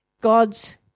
God's